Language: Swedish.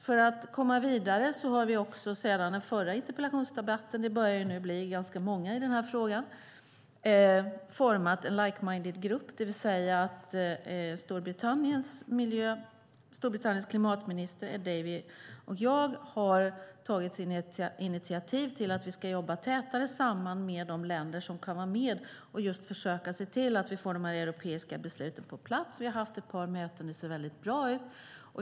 För att komma vidare har vi sedan den förra interpellationsdebatten - det börjar ju bli ganska många i den här frågan - format en like-minded-grupp, det vill säga Storbritanniens klimatminister Ed Davey och jag har tagit initiativ till att vi ska jobba tätare samman med de länder som kan vara med och försöka se till att vi får de här europeiska besluten på plats. Vi har haft ett par möten, och det ser väldigt bra ut.